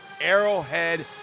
Arrowhead